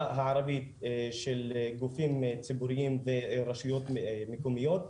הערבית של גופים ציבוריים ברשויות מקומיות.